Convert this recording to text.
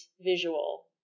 visual